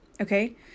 okay